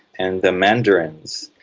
and the mandarins,